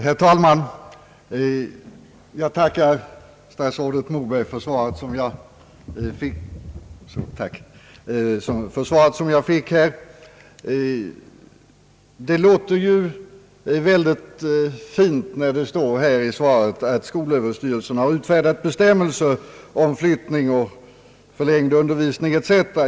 Herr talman! Jag tackar statsrådet Moberg för svaret. Det låter ju väldigt fint när det står i svaret, att skolöverstyrelsen har utfärdat bestämmelser om flyttning, förlängd undervisning etc.